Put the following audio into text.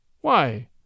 Why